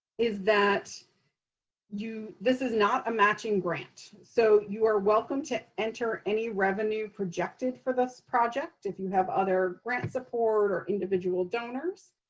is that this is not a matching grant. so you are welcome to enter any revenue projected for this project if you have other grant support or individual donors.